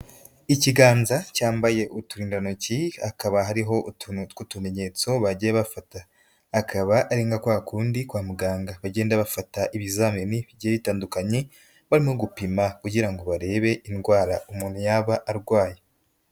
Ikiganza cyambaye uturindantoki hakaba hariho utuntu tw'utumenyetso bagiye bafata, akaba ari nka kwa kundi kwa muganga bagenda bafata ibizamini bigiye bitandukanye barimo gupima kugira ngo barebe indwara umuntu yaba arwaye.